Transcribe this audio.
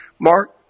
Mark